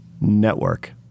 Network